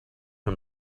him